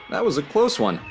that was a close one.